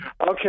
Okay